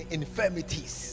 infirmities